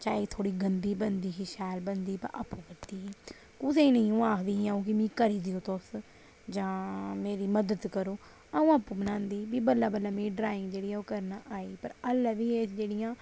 चाहे थोह्ड़ी गंदी बनदी ही शैल बनदी ही आपूं करदी ही कुसे गी नेईं आखदी के तुस मेरी मदद करो अ'ऊं आपू बनांदी ही फ्ही बल्लें बल्लें ड्राइंग जेह्ड़े ओह् करना आई पर हल्ले बी एह् जेह्डियां